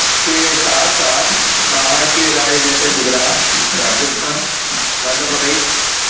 के साथ साथ बाहर के राज्य जैसे गुजरात राजस्थान मध्य प्रदेश